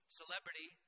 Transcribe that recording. celebrity